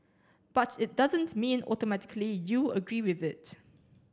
but it doesn't mean automatically you agree with it